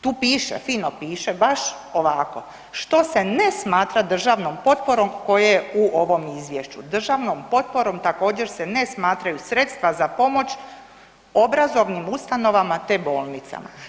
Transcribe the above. Tu piše, fino piše baš ovako što se ne smatra državnom potporom koje u ovom izvješću, državnom potporom također se ne smatraju sredstva za pomoć obrazovnim ustanovama te bolnicama.